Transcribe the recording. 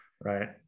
Right